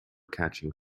catching